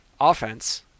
offense